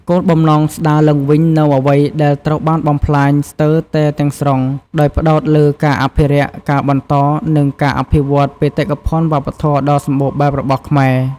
គោលបំណងស្តារឡើងវិញនូវអ្វីដែលត្រូវបានបំផ្លាញស្ទើរតែទាំងស្រុង ដោយផ្តោតលើការអភិរក្ស ការបន្ត និងការអភិវឌ្ឍន៍បេតិកភណ្ឌវប្បធម៌ដ៏សម្បូរបែបរបស់ខ្មែរ។